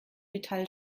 metall